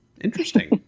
Interesting